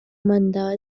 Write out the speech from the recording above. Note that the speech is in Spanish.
mandaba